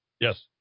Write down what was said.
Yes